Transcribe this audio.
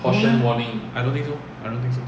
no leh I don't think so I don't think so